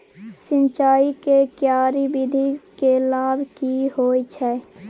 सिंचाई के क्यारी विधी के लाभ की होय छै?